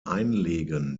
einlegen